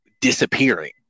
disappearing